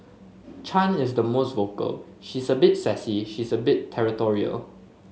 Chan is the most vocal she's a bit sassy she's a bit territorial